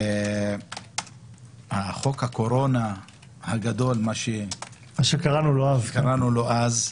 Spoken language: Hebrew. חוק הקורונה הגדול, מה שקראנו לו אז,